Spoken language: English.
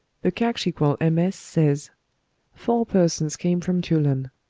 the cakchiquel ms. says four persons came from tulan,